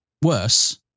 Worse